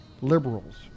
liberals